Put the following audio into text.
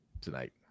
tonight